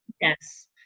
yes